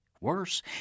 Worse